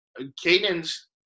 Caden's